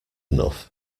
enough